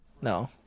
No